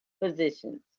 positions